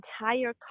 entire